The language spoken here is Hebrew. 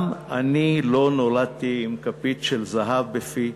גם אני לא נולדתי עם כפית של זהב בפי,